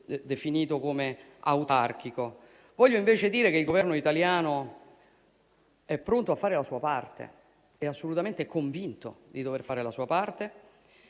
definito come autarchico. Vorrei invece dire che il Governo italiano è pronto a fare la sua parte; è assolutamente convinto di dover fare la sua parte